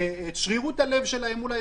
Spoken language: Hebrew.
את שרירות הלב שלהם מול האזרחים.